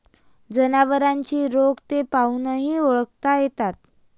जनावरांचे रोग ते पाहूनही ओळखता येतात